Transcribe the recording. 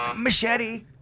Machete